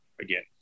again